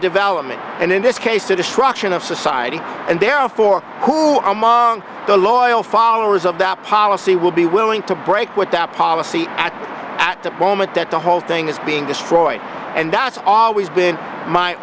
development and in this case a destruction of society and therefore who among the loyal followers of that policy will be willing to break with that policy at at the moment that the whole thing is being destroyed and that's always been my